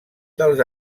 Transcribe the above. dels